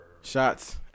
Shots